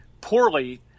poorly